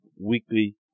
weekly